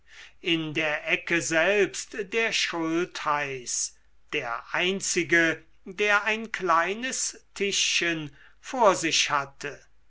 in der ecke selbst der schultheiß der einzige der ein kleines tischchen vor sich hatte